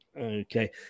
Okay